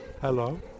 hello